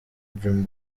dream